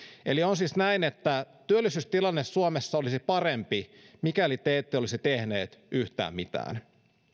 eli on siis näin että työllisyystilanne suomessa olisi parempi mikäli te ette olisi tehneet yhtään mitään